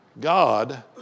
God